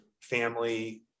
family